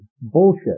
Bullshit